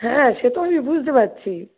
হ্যাঁ সে তো আমি বুঝতে পারছি